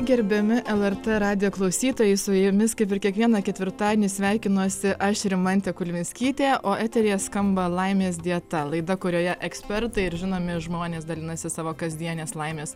gerbiami lrt radijo klausytojai su jumis kaip ir kiekvieną ketvirtadienį sveikinuosi aš rimantė kulvinskytė o eteryje skamba laimės dieta laida kurioje ekspertai ir žinomi žmonės dalinasi savo kasdienės laimės